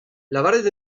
lavaret